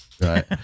Right